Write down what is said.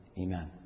Amen